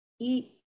eat